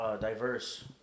diverse